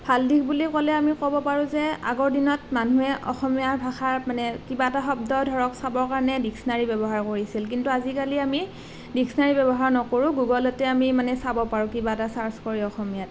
ভাল দিশ বুলি ক'লে আমি ক'ব পাৰোঁ যে আগৰ দিনত মানুহে অসমীয়া ভাষাৰ মানে কিবা এটা শব্দ ধৰক চাবৰ কাৰণে ডিক্সনেৰী ব্যৱহাৰ কৰিছিলে কিন্তু আজিকালি আমি ডিক্সনেৰী ব্যৱহাৰ নকৰোঁ গুগলতে আমি মানে চাব পাৰোঁ কিবা এটা ছাৰ্চ কৰি অসমীয়াত